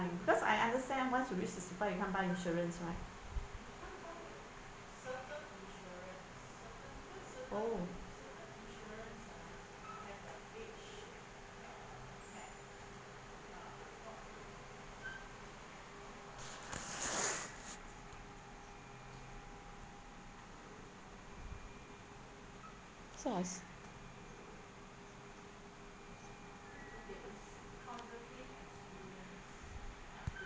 because I understand once you reach sixty five you can't buy insurance right oh so as